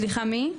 סליחה, מי?